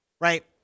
right